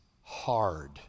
hard